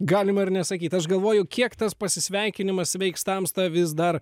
galima ir nesakyt aš galvoju kiek tas pasisveikinimas sveiks tamsta vis dar